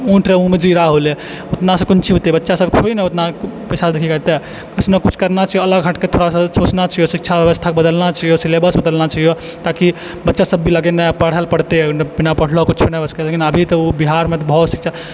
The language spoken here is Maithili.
ऊँट कऽ मुँह मे जीरा होलै उतना से कोन चीज होतै बच्चा सब पैसा देखी कऽ एतै किछु ने किछु करना चाही अलग हटि कऽ थोड़ा सा सोचना चाही शिक्षा व्यवस्था के बदलना चाहियो सिलेबस बदलना चाहियो ताकि बच्चा सबके भी लागै कि नहि पढऽ लऽ पड़तै बिना पढलो कुछ नहि हो सकै छै लेकिन अभी तऽ ओ बिहार मे बहुत शिक्षा